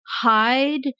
hide